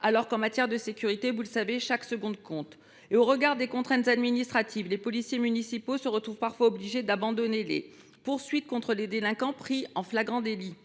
alors qu’en matière de sécurité, vous le savez, chaque seconde compte. En outre, au regard des contraintes administratives, les policiers municipaux se retrouvent parfois obligés d’abandonner les poursuites contre des délinquants pris en flagrant délit.